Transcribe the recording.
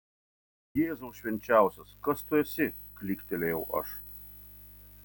jėzau švenčiausias kas tu esi klyktelėjau aš